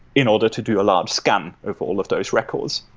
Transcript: in order to do a large scan of all of those records.